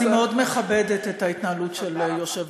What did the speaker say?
אני מאוד מכבדת את ההתנהלות של היושב-ראש,